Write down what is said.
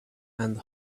and